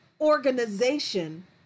organization